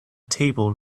table